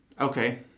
Okay